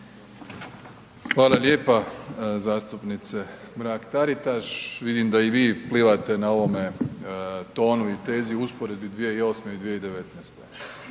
Hvala lijepa zastupnice Mrak Taritaš vidim da i vi plivate na ovome tonu i tezi u usporedbi 2008. i 2019.